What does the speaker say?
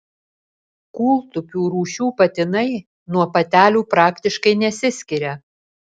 kūltupių rūšių patinai nuo patelių praktiškai nesiskiria